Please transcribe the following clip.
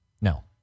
No